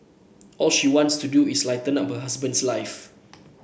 all she wants to do is light up her husband's life